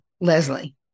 Leslie